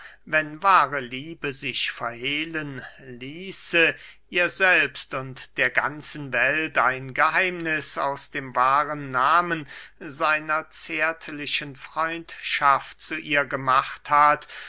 wahre liebe sich verhehlen ließe ihr selbst und der ganzen welt ein geheimniß aus dem wahren nahmen seiner zärtlichen freundschaft zu ihr gemacht hat